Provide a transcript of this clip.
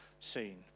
seen